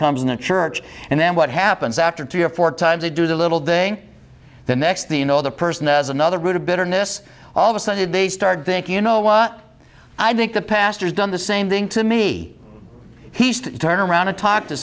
the church and then what happens after three or four times they do the little day the next the you know the person as another group of bitterness all of a sudden they start thinking you know what i think the pastor's done the same thing to me he's to turn around and talk to